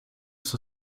ist